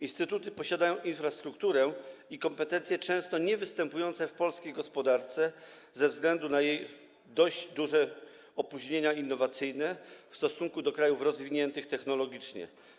Instytuty posiadają infrastrukturę i kompetencje często niewystępujące w polskiej gospodarce ze względu na jej dość duże opóźnienia innowacyjne w porównaniu do krajów rozwiniętych technologicznie.